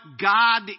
God